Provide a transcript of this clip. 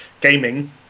gaming